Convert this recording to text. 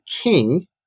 king